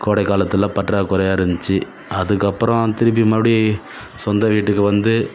கோடைக் காலத்தில் பற்றாக்கொறையா இருந்துச்சு அதுக்கப்பறம் திருப்பி மறுபடி சொந்த வீட்டுக்கு வந்து